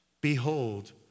behold